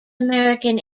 american